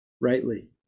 rightly